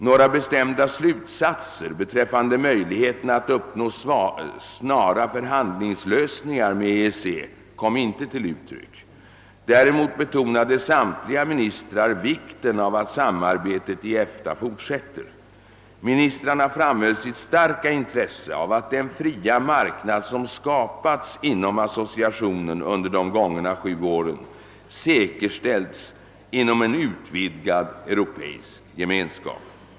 Några bestämda slutsatser beträffande möjligheterna att uppnå snara förhandlingslösningar med EEC kom inte till uttryck. Däremot betonade samtliga ministrar vikten av att samarbetet inom EFTA fortsätter. Ministrarna framhöll sitt starka intresse av att den fria marknad som skapats inom associationen under de gångna sju åren säkerställes inom en utvidgad europeisk gemenskap.